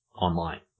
online